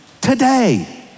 today